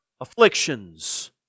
afflictions